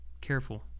Careful